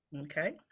Okay